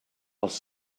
els